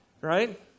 right